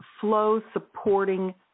flow-supporting